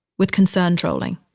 with concern trolling,